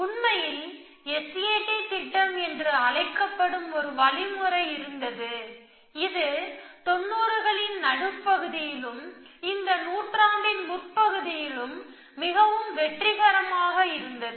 உண்மையில் S A T திட்டம் என்று அழைக்கப்படும் ஒரு வழிமுறை இருந்தது இது தொண்ணூறுகளின் நடுப்பகுதியிலும் இந்த நூற்றாண்டின் முற்பகுதியிலும் மிகவும் வெற்றிகரமாக இருந்தது